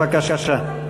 בבקשה.